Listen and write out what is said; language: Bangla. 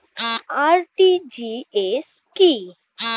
আর.টি.জি.এস কি?